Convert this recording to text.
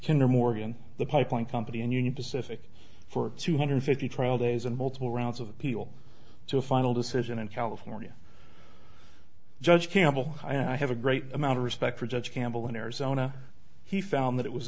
kinner morgan the pipeline company and union pacific for two hundred fifty trial days and multiple rounds of appeal to a final decision in california judge campbell i have a great amount of respect for judge campbell in arizona he found that it was